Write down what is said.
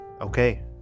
okay